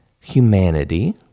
humanity